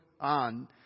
on